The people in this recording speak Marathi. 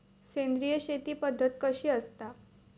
सेंद्रिय शेती पद्धत कशी असता?